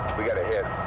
we got a hit.